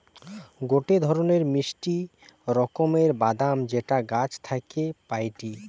গটে ধরণের মিষ্টি রকমের বাদাম যেটা গাছ থাকি পাইটি